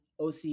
OC